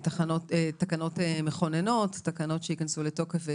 תקנות מכוננות, תקנות שייכנסו לתוקף.